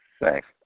Thanks